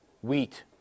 wheat